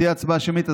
תהיה הצבעה שמית.